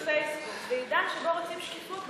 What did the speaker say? להגיד "פייסבוק" זה עידן שבו רוצים שקיפות,